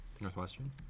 Northwestern